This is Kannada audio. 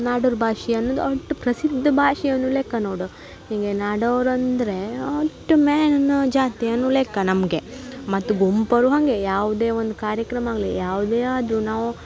ನಾಡೋರ ಭಾಷೆ ಅನ್ನುದು ಅಷ್ಟ್ ಪ್ರಸಿದ್ಧ ಭಾಷೆ ಅನ್ನುವ ಲೆಕ್ಕ ನೋಡು ಹೀಗೆ ನಾಡೋರು ಅಂದರೆ ಅಷ್ಟ್ ಮೇನ್ ಜಾತಿ ಅನ್ನುವ ಲೆಕ್ಕ ನಮಗೆ ಮತ್ತು ಗುಂಪರು ಹಾಗೆ ಯಾವುದೇ ಒಂದು ಕಾರ್ಯಕ್ರಮ ಆಗಲಿ ಯಾವುದೇ ಆದರೂ ನಾವು